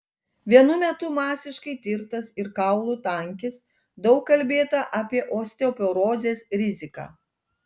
vienu metu masiškai tirtas ir kaulų tankis daug kalbėta apie osteoporozės riziką